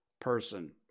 person